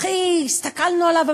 שהכי הסתכלנו עליו,